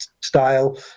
style